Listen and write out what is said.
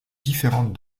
différentes